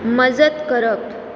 मजत करप